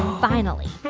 finally,